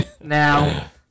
Now